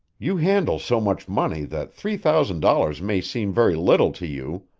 you handle so much money that three thousand dollars may seem very little to you.